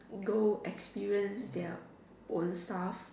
go experience their own stuff